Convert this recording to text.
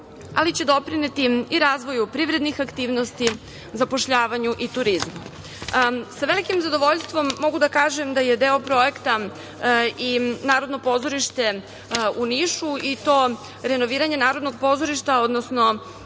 ali će doprineti i razvoju privrednih aktivnosti, zapošljavanju i turizmu. Sa velikim zadovoljstvom mogu da kažem da je deo projekta i Narodno pozorište u Nišu, i to renoviranje Narodnog pozorišta, radiće